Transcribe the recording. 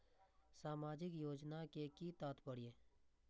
सामाजिक योजना के कि तात्पर्य?